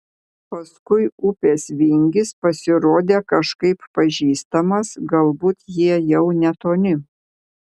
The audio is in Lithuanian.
paskui upės vingis pasirodė kažkaip pažįstamas galbūt jie jau netoli